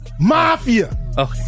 mafia